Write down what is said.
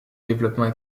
développement